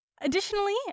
Additionally